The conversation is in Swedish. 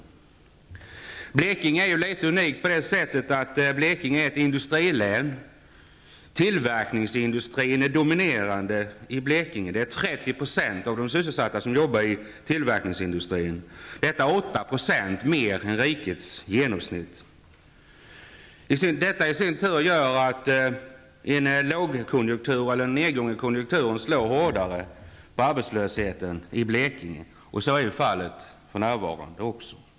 Blekinge är ju litet unikt på det sättet att det är ett industrilän. Tillverkningsindustrin är dominerande i Blekinge. 30 % av de sysselsatta arbetar i tillverkningsindustrin, vilket är 8 % mer än genomsnittet i riket. Detta i sin tur gör att en lågkonjunktur, eller en nedgång i konjunkturen, slår hårdare när det gäller arbetslösheten i Blekinge. Så är också fallet för närvarande.